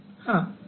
हाँ यह है